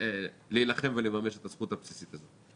להילחם ולממש את הזכות הבסיסית הזאת.